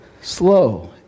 slow